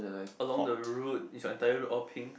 along the road is your entire road all pink